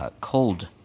Cold